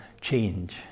change